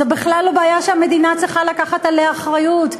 בכלל לא בעיה שהמדינה צריכה לקחת עליה אחריות.